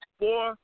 four